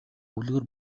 үлгэр